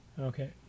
Okay